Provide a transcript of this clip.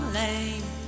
lame